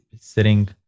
sitting